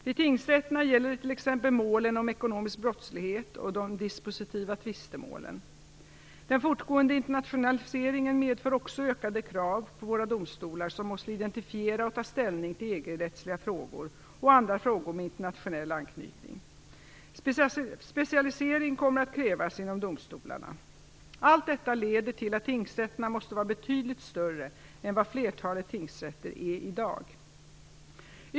Vid tingsrätterna gäller det t.ex. målen om ekonomisk brottslighet och de dispositiva tvistemålen. Den fortgående internationaliseringen medför också ökade krav på våra domstolar som måste identifiera och ta ställning till EG-rättsliga frågor och andra frågor med internationell anknytning. Specialisering kommer att krävas inom domstolarna. Allt detta leder till att tingsrätterna måste vara betydligt större än vad flertalet tingsrätter är i dag.